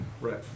right